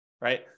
right